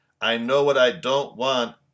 I-know-what-I-don't-want